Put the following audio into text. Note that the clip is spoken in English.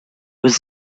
was